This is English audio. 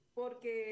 porque